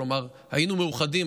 כלומר היינו מאוחדים,